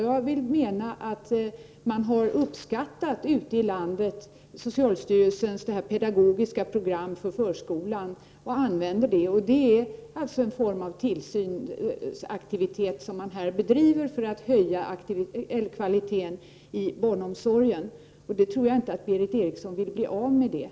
Jag menar att man ute i landet har uppskattat socialstyrelsens pedagogiska program för förskolan och andvänder det. Det är alltså en form av tillsynsverksamhet som man här bedriver för att höja kvaliteten i barnomsorgen. Jag tror inte att Berith Eriksson vill bli av med detta.